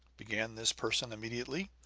began this person immediately,